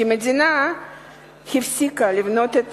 כי המדינה הפסיקה לבנות את